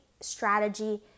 strategy